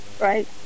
right